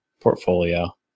portfolio